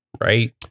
right